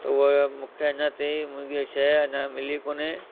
त उहा मूंखे अञा ताईं मुंहिंजो शइ अञा मिली कोन्हे